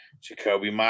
Jacoby